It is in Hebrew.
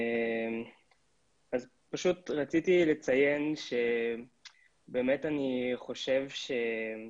רציתי לציין שכל